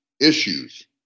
issues